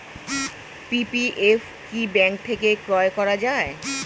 PPF কি bank থেকে ক্রয় করা যায়?